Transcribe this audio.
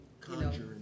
conjure